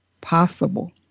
possible